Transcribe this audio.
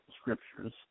scriptures